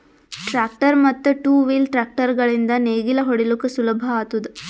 tractor ಮತ್ತ್ two wheel tractor ಗಳಿಂದ್ ನೇಗಿಲ ಹೊಡಿಲುಕ್ ಸುಲಭ ಆತುದ